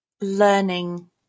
learning